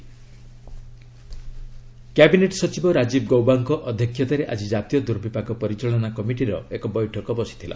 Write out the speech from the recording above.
NCMC meeting cabinet ସଚିବ ରାଜୀବ ଗୌବାଙ୍କ ଅଧ୍ୟକ୍ଷତାରେ ଆଜି ଜାତୀୟ ଦୁର୍ବିପାକ ପରିଚାଳନା କମିଟିର ଏକ ବୈଠକ ବସିଥିଲା